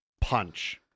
punch